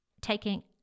taking